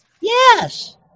Yes